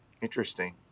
Interesting